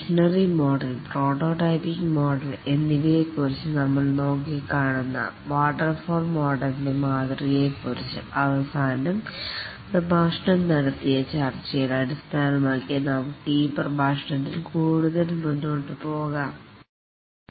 ഇപ്പോൾ ഈ പ്രഭാഷണത്തിൻറെ പദ്ധതിയിൽ നമ്മൾ iterative waterfall model V model evolutionary model prototyping model എന്നിവയെക്കുറിച്ച് ചർച്ച ചെയ്യും